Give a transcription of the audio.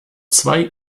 zwei